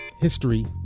history